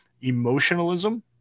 emotionalism